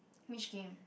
which game